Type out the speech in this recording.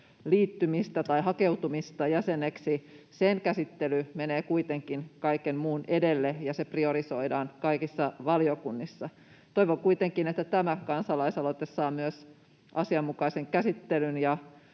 liittymistä tai hakeutumista jäseneksi, että sen käsittely menee kuitenkin kaiken muun edelle ja se priorisoidaan kaikissa valiokunnissa. Toivon kuitenkin, että tämä kansalaisaloite saa myös asianmukaisen käsittelyn ja